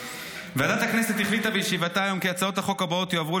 ועדת הכנסת החליטה בישיבתה היום כי הצעות החוק הבאות יועברו